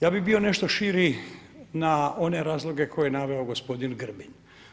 Ja bih bio nešto širi na one razloge koje je naveo gospodin Grbin.